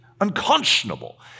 unconscionable